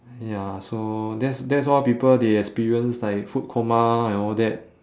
ya so that's that's why people they experience like food coma and all that